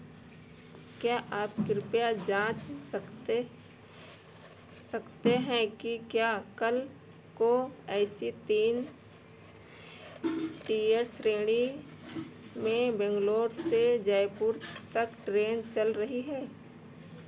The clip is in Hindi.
क्या आप कृपया जाँच सकते सकते हैं कि क्या कल को ए सी तीन टियर श्रेणी में बैंगलोर से जयपुर तक ट्रेन चल रही है